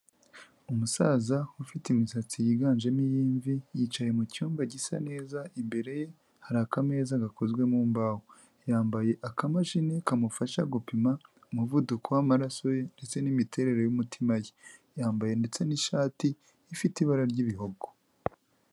Umusaza ufite imisatsi yiganjemo iy'imvi, yicaye mu cyumba gisa neza, imbere ye hari akameza gakozwe mu mbaho, yambaye akamashini kamufasha gupima umuvuduko w'amaraso ye ndetse n'imiterere y'umutima ye, yambaye ndetse n'ishati ifite ibara ry'ibihogo.